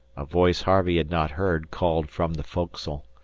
a voice harvey had not heard called from the foc'sle.